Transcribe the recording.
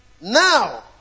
Now